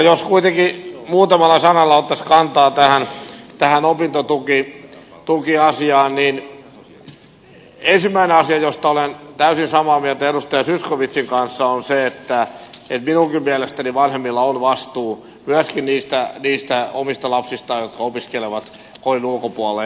jos kuitenkin muutamalla sanalla ottaisin kantaa tähän opintotukiasiaan niin ensimmäinen asia josta olen täysin samaa mieltä edustaja zyskowiczin kanssa on se että minunkin mielestäni vanhemmilla on vastuu myöskin niistä omista lapsistaan jotka opiskelevat kodin ulkopuolella